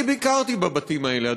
ביקרתי בבתים האלה,